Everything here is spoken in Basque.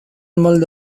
molde